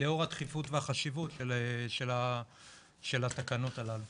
וזה לאור הדחיפות והחשיבות של התקנות הללו